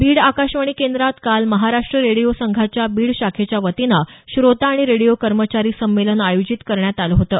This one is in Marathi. बीड आकाशवाणी केंद्रात काल महाराष्ट्र रेडिओ संघाच्या बीड शाखेच्या वतीनं श्रोता आणि रेडिओ कर्मचारी संमेलन आयोजित करण्यात आलं होतं